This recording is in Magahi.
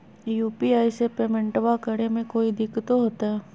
यू.पी.आई से पेमेंटबा करे मे कोइ दिकतो होते?